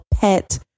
pet